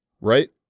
Right